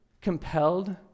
compelled